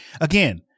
again